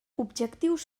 objectius